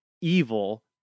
evil